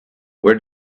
where